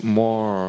more